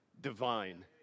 divine